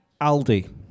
Aldi